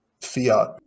fiat